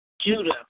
Judah